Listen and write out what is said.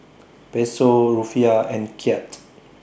Peso Rufiyaa and Kyat